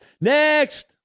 next